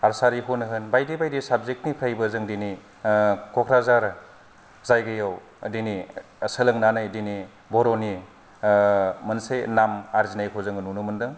आरसारी खौनो होन बायदि बायदि साबजेक्ट निफ्रायबो जों दिनै क'क्राझार जायगायाव दिनै सोलोंनानै दिनै बर'नि मोनसे नाम आर्जिनायखौ जों नुनो मोनदों